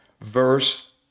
verse